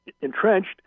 entrenched